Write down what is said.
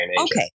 Okay